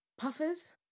Puffers